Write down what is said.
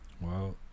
Wow